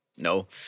no